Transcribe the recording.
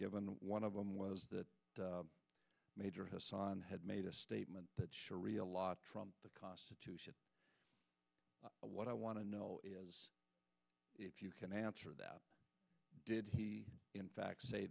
given one of them was that major hasan had made a statement that shari'a law from the constitution what i want to know is if you can answer that did he in fact say